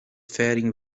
faring